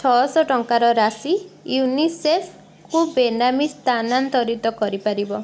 ଛଅଶହ ଟଙ୍କାର ରାଶି ୟୁନିସେଫ୍କୁ ବେନାମୀ ସ୍ଥାନାନ୍ତରିତ କରି ପାରିବ